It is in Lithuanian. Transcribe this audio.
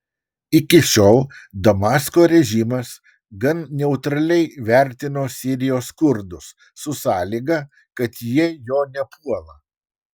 iki šiol damasko režimas gan neutraliai vertino sirijos kurdus su sąlyga kad jie jo nepuola